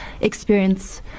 experience